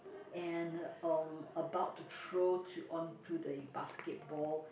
and um about to throw to onto the basketball